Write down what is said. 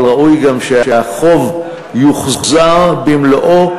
אבל ראוי גם שהחוב יוחזר במלואו,